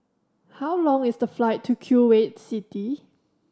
how long is the flight to Kuwait City